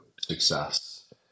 success